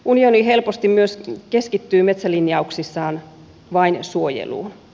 unioni helposti myös keskittyy metsälinjauksissaan vain suojeluun